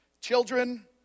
Children